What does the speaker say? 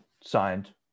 signed